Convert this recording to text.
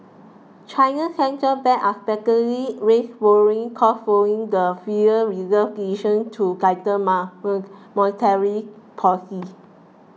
China's Central Bank unexpectedly raised borrowing costs following the Federal Reserve's to tighten monetary